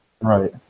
Right